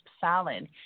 salad